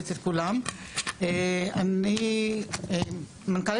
אני חושב